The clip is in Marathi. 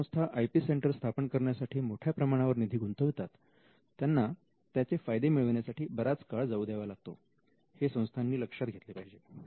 ज्या संस्था आयपी सेंटर स्थापन करण्यासाठी मोठ्या प्रमाणावर निधी गुंतवतात त्यांना त्याचे फायदे मिळविण्यासाठी बराच काळ जाऊ द्यावा लागतो हे संस्थांनी लक्षात घेतले पाहिजे